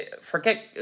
forget